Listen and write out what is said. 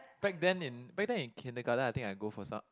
back then in back then in kindergarten I think I go for some